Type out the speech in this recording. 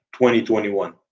2021